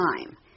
time